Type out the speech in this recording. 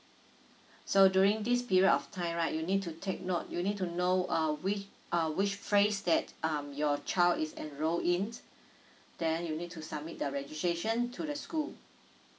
so during this period of time right you need to take note you need to know uh which uh which phase that um your child is enrolled in then you need to submit the registration to the school